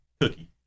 cookie